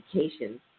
education